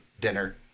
dinner